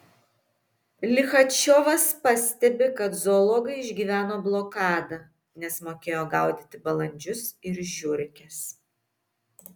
lichačiovas pastebi kad zoologai išgyveno blokadą nes mokėjo gaudyti balandžius ir žiurkes